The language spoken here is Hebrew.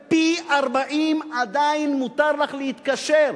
פי-40, עדיין מותר לך להתקשר.